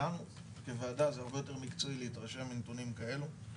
כוועדה זה הרבה יותר מקצועי להתרשם מנתונים כאלה.